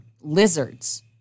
lizards